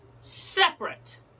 Separate